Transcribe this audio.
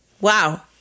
Wow